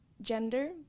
gender